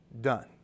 done